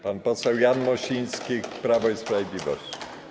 Pan poseł Jan Mosiński, Prawo i Sprawiedliwość.